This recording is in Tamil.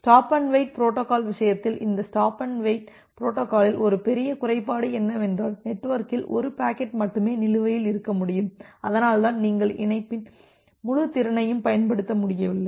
ஸ்டாப் அண்ட் வெயிட் புரோட்டோகால் விஷயத்தில் இந்த ஸ்டாப் அண்ட் வெயிட் புரோட்டோகாலில் ஒரு பெரிய குறைபாடு என்னவென்றால் நெட்வொர்க்கில் 1 பாக்கெட் மட்டுமே நிலுவையில் இருக்க முடியும் அதனால்தான் நீங்கள் இணைப்பின் முழு திறனையும் பயன்படுத்த முடியவில்லை